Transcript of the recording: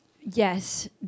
Yes